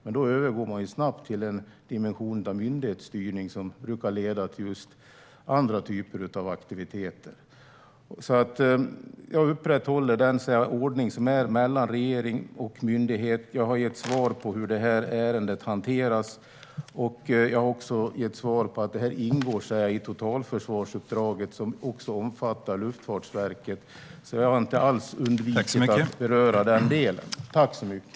Men då övergår man snabbt till en dimension av myndighetsstyrning som brukar leda till andra typer av aktiviteter. Jag upprätthåller den ordning som är mellan regering och myndighet. Jag har gett svar på hur detta ärende hanteras. Jag har också svarat att det här ingår i totalförsvarsuppdraget, som också omfattar Luftfartsverket. Jag har inte alls undvikit att beröra den delen.